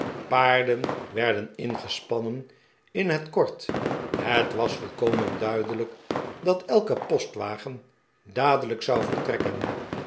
paarden werden ingespannen in het kort het was volkomen duidelijk dat elke postwagen dadelijk zou vertrekken